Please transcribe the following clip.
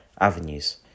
avenues